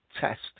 test